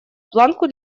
планку